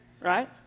Right